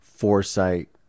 foresight